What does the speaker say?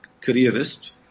careerist